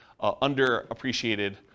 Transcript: underappreciated